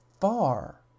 far